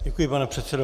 Děkuji, pane předsedo.